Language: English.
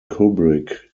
kubrick